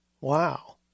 wow